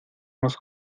nos